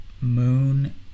moon